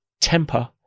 temper